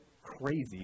crazy